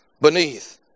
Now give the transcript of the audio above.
beneath